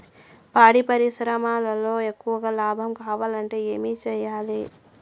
పాడి పరిశ్రమలో ఎక్కువగా లాభం కావాలంటే ఏం చేయాలి?